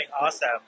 Awesome